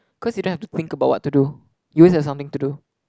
cause you don't have to think about what to do you always have something to do